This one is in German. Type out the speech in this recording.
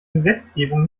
gesetzgebung